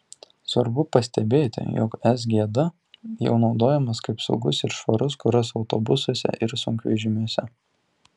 svarbu pastebėti jog sgd jau naudojamas kaip saugus ir švarus kuras autobusuose ir sunkvežimiuose